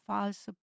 False